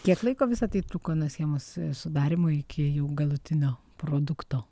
kiek laiko visa tai truko nuo schemos sudarymo iki jų galutinio produkto